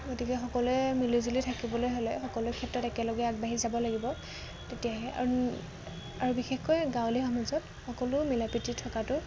গতিকে সকলোৱে মিলিজুলি থাকিবলৈ হ'লে সকলো ক্ষেত্ৰত একেলগে আগবাঢ়ি যাব লাগিব তেতিয়াহে আৰু আৰু বিশেষকৈ গাঁৱলীয়া সমাজত সকলো মিলা প্ৰীতি থকাটো